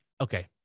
okay